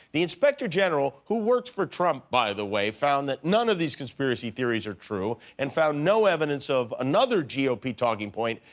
the inspector general, who works for trump, by the way. found that none of these conspiracy theories are true and found no evidence of another gop talking point,